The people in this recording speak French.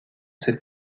ses